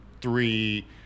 three